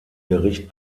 gericht